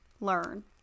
learn